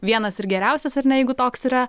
vienas ir geriausias ar ne jeigu toks yra